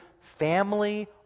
family